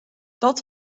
dat